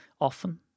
Often